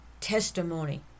testimony